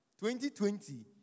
2020